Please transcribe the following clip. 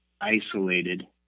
isolated